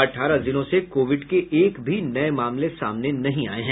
अठारह जिलों से कोविड के एक भी नये मामले सामने नहीं आये हैं